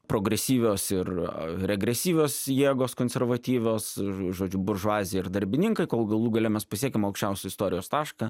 progresyvios ir regresyvios jėgos konservatyvios žodžiu buržuazija ir darbininkai kol galų gale mes pasiekiam aukščiausią istorijos tašką